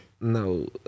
No